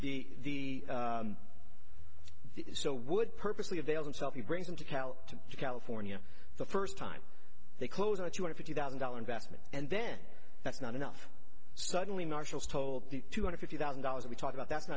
in the so would purposely avail himself he brings them to tell california the first time they close a two hundred fifty thousand dollar investment and then that's not enough suddenly marshals told the two hundred fifty thousand dollars we talk about that